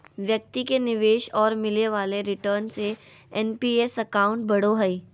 व्यक्ति के निवेश और मिले वाले रिटर्न से एन.पी.एस अकाउंट बढ़ो हइ